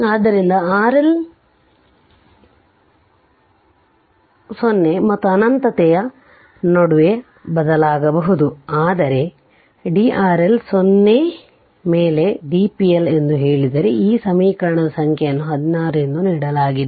ಆದ್ದರಿಂದ RL 0 ಮತ್ತು ಅನಂತತೆಯ ನಡುವೆ ಬದಲಾಗಬಹುದು ಆದರೆ d RL 0 ಮೇಲೆ d p L ಎಂದು ಹೇಳಿದರೆ ಈ ಸಮೀಕರಣದ ಸಂಖ್ಯೆಯನ್ನು 16 ನೀಡಲಾಗಿದೆ